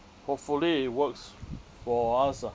hopefully it works for us ah